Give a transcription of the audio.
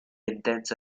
intensa